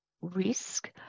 risk